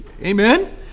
Amen